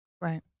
right